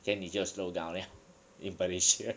then 你就 slow down 了 in malaysia